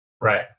Right